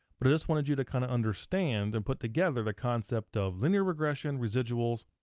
but i just wanted you to kinda understand and put together the concept of linear regression, residuals,